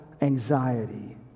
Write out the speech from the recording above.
anxiety